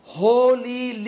holy